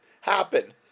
happen